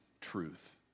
truth